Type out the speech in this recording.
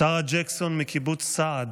שרה ג'קסון מקיבוץ סעד